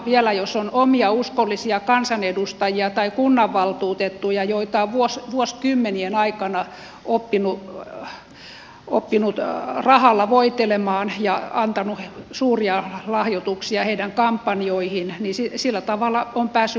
vielä jos on omia uskollisia kansanedustajia tai kunnanvaltuutettuja joita on vuosikymmenien aikana oppinut rahalla voitelemaan ja antanut suuria lahjoituksia heidän kampanjoihinsa niin sillä tavalla on päässyt vaikuttamaan